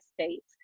States